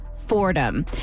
Fordham